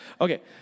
Okay